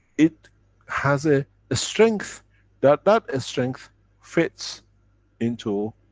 it has a strength that that ah strength fits into